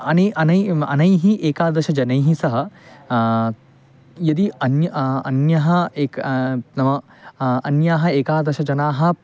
अनि अनै अनैः एकादश जनैः सह यदि अन्यः अन्यः एकः नाम अन्यः एकादश जनाः